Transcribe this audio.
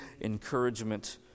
encouragement